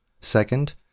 Second